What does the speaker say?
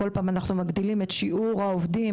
כל פעם אנחנו מגדילים את שיעור העובדים